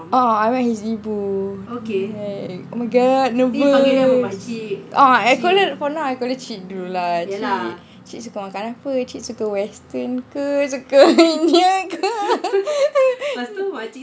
uh I met his ibu like oh my god nervous uh I call her for now I call her cik dulu lah cik cik suka makan apa cik suka western ke suka indian ke